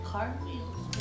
Cartwheels